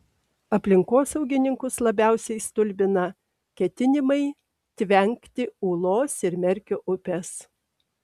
aplinkosaugininkus labiausiai stulbina ketinimai tvenkti ūlos ir merkio upes